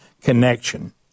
connection